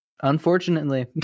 unfortunately